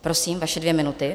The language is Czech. Prosím, vaše dvě minuty.